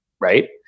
Right